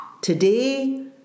today